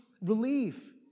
relief